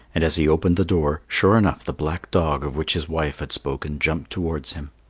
and as he opened the door, sure enough the black dog of which his wife had spoken jumped towards him.